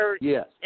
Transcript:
Yes